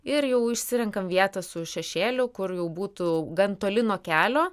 ir jau išsirenkam vietą su šešėliu kur jau būtų gan toli nuo kelio